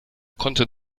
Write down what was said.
konnte